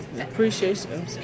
Appreciation